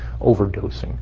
overdosing